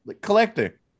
Collector